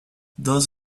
does